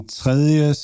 tredje